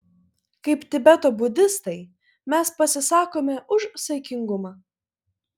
kaip tibeto budistai mes pasisakome už saikingumą